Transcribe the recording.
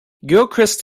gilchrist